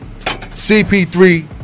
CP3